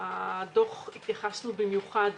התייחסנו במיוחד